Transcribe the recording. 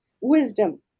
wisdom